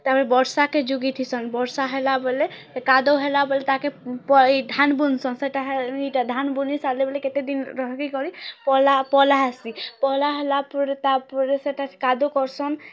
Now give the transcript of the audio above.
ତା'ର୍ପରେ ବର୍ଷା କେ ଯୁଗି ଥିସନ୍ ବର୍ଷା ହେଲା ବେଲେ କାଦୋ ହେଲା ବେଲେ ତାହାକେ ଧାନ୍ ବୁନ୍ସନ୍ ସେଟା ଇ'ଟା ଧାନ୍ ବୁନି ସାଏଲେ ବେଲେ କେତେ ଦିନ୍ ରହିକରି ପଲ୍ହା ପଲ୍ହା ହେସି ପଲ୍ହା ହେଲାପରେ ତା'ର୍ପରେ ସେଟାକେ କାଦୋ କର୍ସନ୍